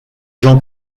jean